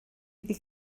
iddi